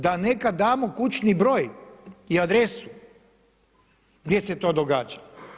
Da neka damo kućni broj i adresu gdje se to događa.